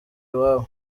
iwabo